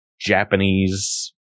Japanese